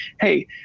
hey